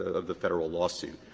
of the federal lawsuit?